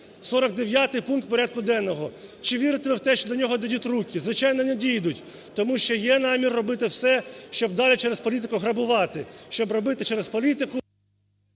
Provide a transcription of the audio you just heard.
49 пункт порядку денного. Чи вірите ви в те, що до нього дійдуть руки? Звичайно, не дійдуть, тому що є намір робити все, щоб далі через політику грабувати, щоб робити через політику…